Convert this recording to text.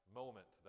moment